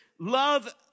love